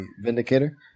Vindicator